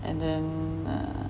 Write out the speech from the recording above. and then err